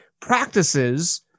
practices